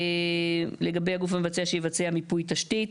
לגבי הגוף המבצע שיבצע מיפוי תשתית,